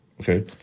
Okay